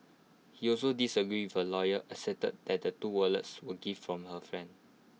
he also disagreed her lawyer asserted that the two wallets were gifts from her friend